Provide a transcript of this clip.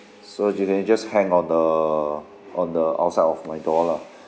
so you can just hang on the on the outside of my door lah